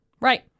Right